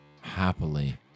happily